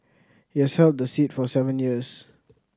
he has held the seat for seven years